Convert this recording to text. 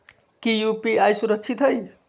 की यू.पी.आई सुरक्षित है?